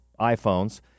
iPhones